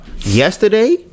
Yesterday